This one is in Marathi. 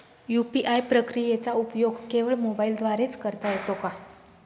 यू.पी.आय प्रक्रियेचा उपयोग केवळ मोबाईलद्वारे च करता येतो का?